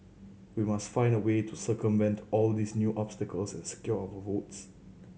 we must find a way to circumvent all these new obstacles and secure our votes